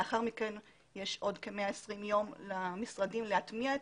לאחר מכן יש עוד 120 יום למשרדים להטמיע את